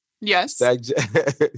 Yes